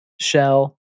shell